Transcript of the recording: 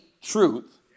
truth